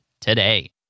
today